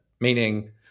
meaning